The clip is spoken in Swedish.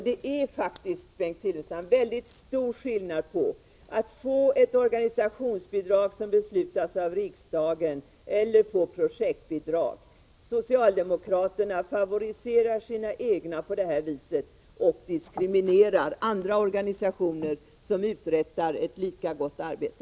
Det är faktiskt, Bengt Silfverstrand, mycket stor skillnad på att få ett organisationsbidrag som beslutas av riksdagen och på att få ett projektbidrag. Socialdemokraterna favoriserar sina egna på det här viset och diskriminerar andra organisationer, som uträttar ett lika gott arbete.